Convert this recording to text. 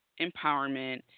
empowerment